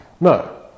No